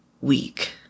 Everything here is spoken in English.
week